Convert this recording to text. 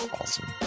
awesome